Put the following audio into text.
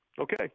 Okay